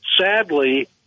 sadly